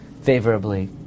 favorably